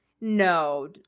No